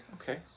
Okay